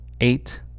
eight